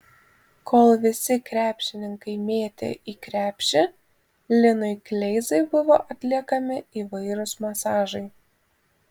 kol visi krepšininkai mėtė į krepšį linui kleizai buvo atliekami įvairūs masažai